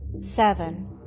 seven